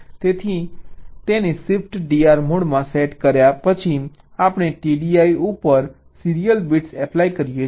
તેથી તેને Shift DR મોડમાં સેટ કર્યા પછી આપણે TDI ઉપર સીરીયલ બિટ્સ એપ્લાય કરીએ છીએ